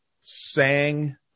sang